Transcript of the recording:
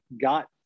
got